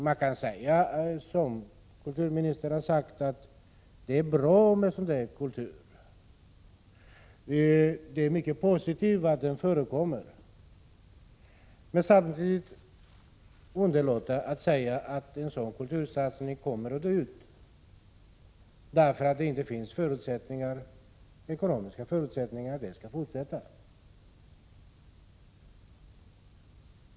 Man kan säga, som kulturministern har gjort, att det är bra med sådan kultur, att det är mycket positivt att den förekommer — men samtidigt underlåta att säga att den typen av kultursatsningar kommer att dö därför att det inte finns ekonomiska förutsättningar för att den skall kunna fortsätta.